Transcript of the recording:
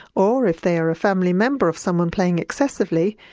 or if they are a family member of someone playing excessively,